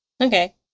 Okay